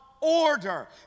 order